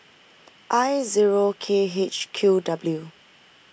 I zero K H Q W